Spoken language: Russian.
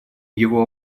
его